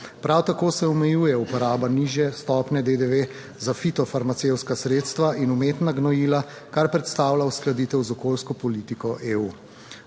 Prav tako se omejuje uporaba nižje stopnje DDV za fitofarmacevtska sredstva in umetna gnojila, kar predstavlja uskladitev z okolijsko politiko EU.